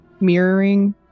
mirroring